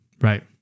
Right